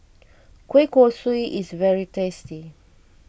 Kueh Kosui is very tasty